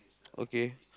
okay